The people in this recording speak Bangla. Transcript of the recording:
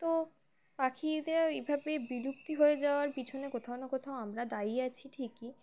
তো পাখিদের এভাবে বিলুপ্তি হয়ে যাওয়ার পিছনে কোথাও না কোথাও আমরা দায়ী আছি ঠিকই